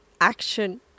action